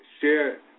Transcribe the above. share